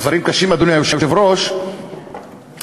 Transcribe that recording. הדברים קשים, אדוני היושב-ראש, כשמדובר